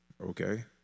okay